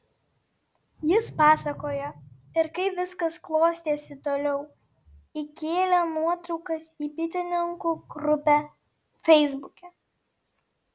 jis pasakoja ir kaip viskas klostėsi toliau įkėlė nuotraukas į bitininkų grupę feisbuke